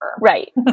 Right